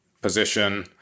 position